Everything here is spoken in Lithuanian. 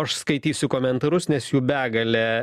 aš skaitysiu komentarus nes jų begalė